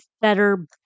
Better